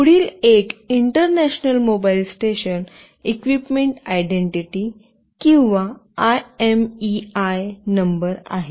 पुढील एक international mobile station equipment identity किंवा आयएमईआय नंबर आहे